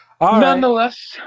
nonetheless